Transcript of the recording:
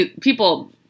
people